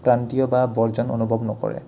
ক্ৰান্তীয় বা বৰ্জন অনুভৱ নকৰে